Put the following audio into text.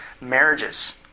marriages